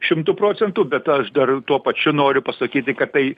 šimtu procentų bet aš dar tuo pačiu noriu pasakyti kad tai